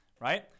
right